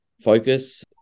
focus